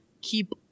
keep